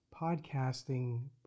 podcasting